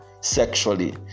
sexually